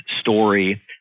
story